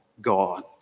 God